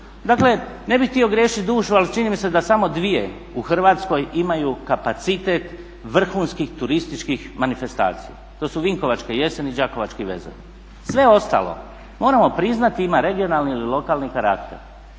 dakle ne bih htio griješit dušu ali čini mi se da samo dvije u Hrvatskoj imaju kapacitet vrhunskih turističkih manifestacija, to su Vinkovačke jeseni i Đakovački vezovi. Sve ostalo moramo priznati ima regionalni ili lokalni karakter.